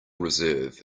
reserve